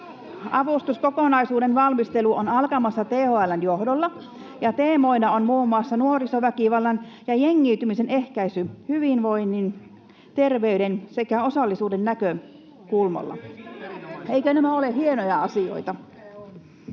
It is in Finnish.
avustuskokonaisuuden valmistelu on alkamassa THL:n johdolla, ja teemoina on muun muassa nuorisoväkivallan ja jengiytymisen ehkäisy hyvinvoinnin, terveyden sekä osallisuuden näkökulmasta. Eivätkö nämä ole hienoja asioita?